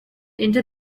into